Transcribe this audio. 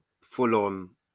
full-on